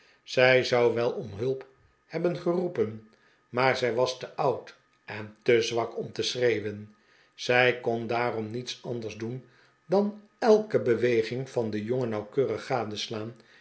zij zou wel om hulp hebben ge roepen maar zij was te oud en te zwak om te schreeuwen zij kon daarom niets anders doen dan elke beweging van den jongen nauwkeurig gadeslaan